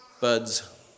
buds